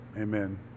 Amen